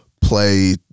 play